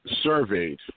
surveyed